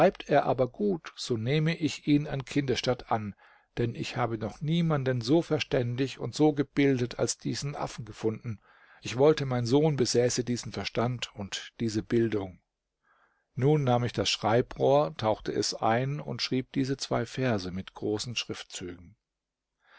aber gut so nehme ich ihn an kindesstatt an denn ich habe noch niemanden so verständig und so gebildet als diesen affen gefunden ich wollte mein sohn besäße diesen verstand und diese bildung nun nahm ich das schreibrohr tauchte es ein und schrieb diese zwei verse mit großen schriftzügen